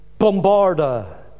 bombarda